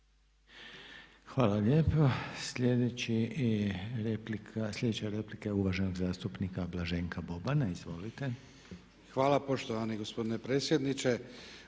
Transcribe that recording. Hvala lijepo. Sljedeća replika je uvaženog zastupnika Blaženka Bobana. Izvolite. **Boban, Blaženko (HDZ)** Hvala poštovani gospodine predsjedniče.